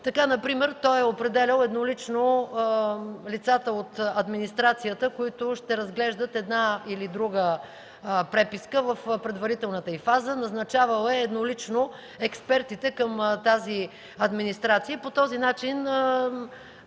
Така например той е определял еднолично лицата от администрацията, които ще разглеждат една или друга преписка в предварителната й фаза, назначавал е еднолично експертите към тази администрация. По този начин